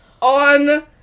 on